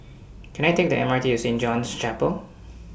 Can I Take The M R T to Saint John's Chapel